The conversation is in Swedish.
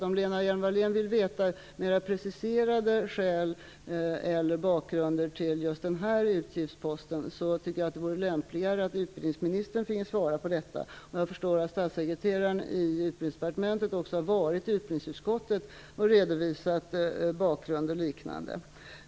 Om Lena Hjelm-Wallén vill ha en mer preciserad bakgrund till just den här utgiftsposten tycker jag att det vore lämpligare att utbildningsministern finge svara på detta. Jag förstår att statssekreteraren i Utbildningsdepartementet också har varit i utbildningsutskottet och redovisat bakgrunden.